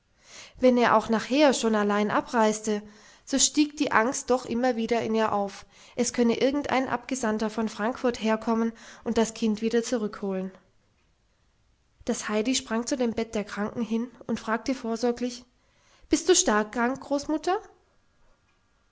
wenn er auch nachher schon allein abreiste so stieg die angst doch immer wieder in ihr auf es könnte irgendein abgesandter von frankfurt herkommen und das kind wieder zurückholen das heidi sprang zu dem bett der kranken hin und fragte sorglich bist du stark krank großmutter